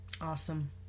awesome